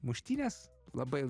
muštynės labai